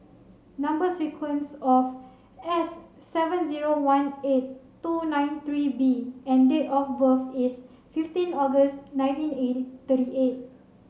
number sequence of S seven zero one eight two nine three B and date of birth is fifteen August nineteen eighty thirty eight